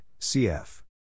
cf